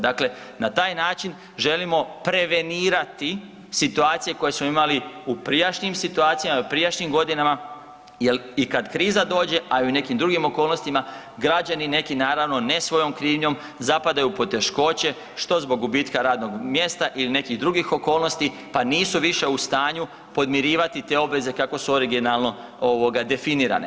Dakle, na taj način želimo prevenirati situacije koje smo imali u prijašnjim situacijama i u prijašnjim godinama jer i kad kriza dođe, a i u nekim drugim okolnostima, građani neki, naravno, ne svojom krivnjom zapadaju u poteškoće, što zbog gubitka radnog mjesta ili nekih drugih okolnosti, pa nisu više u stanju podmirivati te obveze kako su originalno definirane.